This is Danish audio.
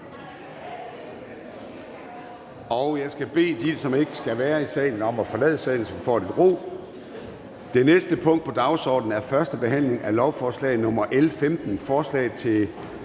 Jeg skal bede dem, der ikke skal være i salen, om at forlade salen, så vi får lidt ro. --- Det næste punkt på dagsordenen er: 3) 1. behandling af lovforslag nr. L 15: Forslag til